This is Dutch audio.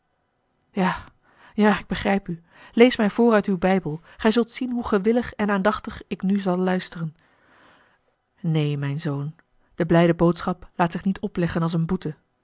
ja ja ik begrijp u lees mij voor uit uw bijbel gij zult zien hoe gewillig en aandachtig ik nu zal luisteren neen mijn zoon de blijde boodschap laat zich niet opleggen als eene boete